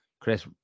Chris